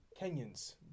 Kenyans